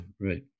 Right